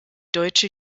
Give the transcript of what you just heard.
deutsche